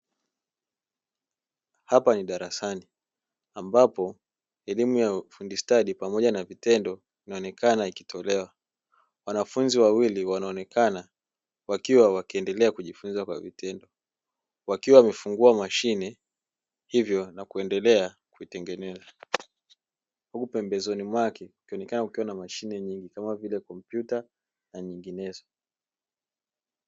Hapa ni darasani ambapo elimu ya ufundi stadi pamoja na vitendo vinaonekana ikitolewa wanafunzi wawili wanaonekana wakiwa wakiendelea kujifunza kwa vitendo, wakiwa wamefungua mashine hivyo na kuendelea kuitengeneza, huku pembezoni mwake ikaonekana ukiona mashine nyingi kama vile kompyuta na nyinginezo.